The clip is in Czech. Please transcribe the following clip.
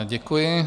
Děkuji.